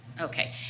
Okay